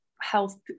health